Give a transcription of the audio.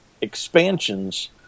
expansions